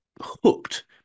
hooked